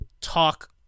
talk